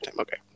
Okay